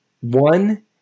One